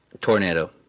Tornado